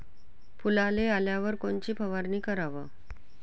फुलाले आल्यावर कोनची फवारनी कराव?